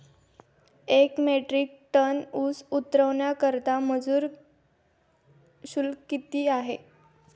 एक metric ton ऊस उतरवण्याकरता मजूर शुल्क किती आहे?